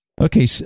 Okay